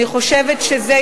אני חושבת שזה,